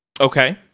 Okay